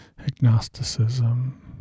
agnosticism